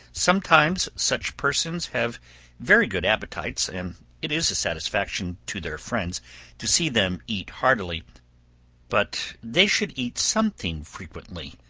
sometimes such persons have very good appetites, and it is a satisfaction to their friends to see them eat heartily but they should eat something frequently,